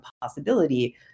possibility